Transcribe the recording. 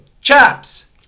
chaps